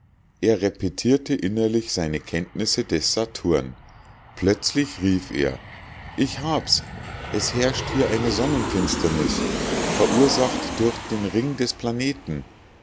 er repetierte innerlich seine kenntnisse des saturn plötzlich rief er ich habs es herrscht hier eine sonnenfinsternis verursacht durch den ring des planeten